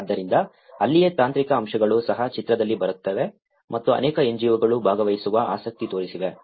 ಆದ್ದರಿಂದ ಅಲ್ಲಿಯೇ ತಾಂತ್ರಿಕ ಅಂಶಗಳು ಸಹ ಚಿತ್ರದಲ್ಲಿ ಬರುತ್ತವೆ ಮತ್ತು ಅನೇಕ NGO ಗಳು ಭಾಗವಹಿಸುವ ಆಸಕ್ತಿ ತೋರಿಸಿವೆ